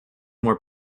more